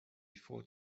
فوت